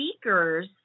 speakers